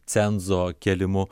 cenzo kėlimu